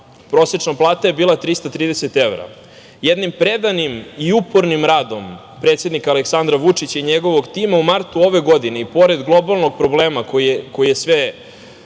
Prosečna plata je bila 330 evra. Jednim predanim i upornim radom predsednika Aleksandra Vučića i njegovog tima u martu ove godine, i pored globalnog problema koji se